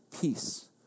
peace